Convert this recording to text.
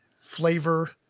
flavor